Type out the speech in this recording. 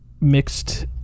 mixed